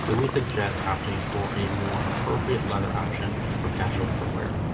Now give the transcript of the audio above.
so we suggest opting for a more appropriate leather option for casual footwear.